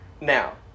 Now